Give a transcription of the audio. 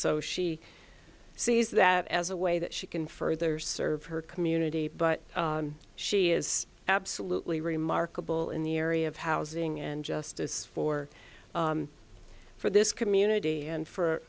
so she sees that as a way that she can further serve her community but she is absolutely remarkable in the area of housing and justice for for this community and for